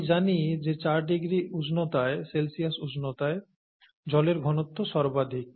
আমি জানি যে 4°C উষ্ণতায় জলের ঘনত্ব সর্বাধিক